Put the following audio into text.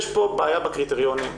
יש פה בעיה בקריטריונים,